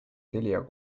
telia